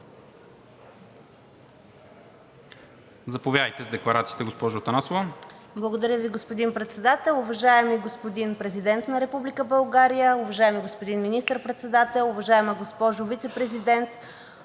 Заповядайте с декларацията, госпожо Атанасова.